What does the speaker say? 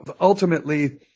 ultimately